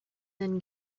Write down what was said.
then